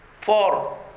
Four